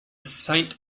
saint